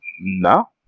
No